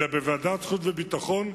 אלא בוועדת החוץ והביטחון,